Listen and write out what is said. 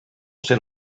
ser